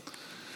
תודה רבה.